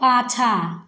पाछाँ